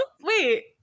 wait